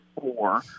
four